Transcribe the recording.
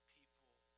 People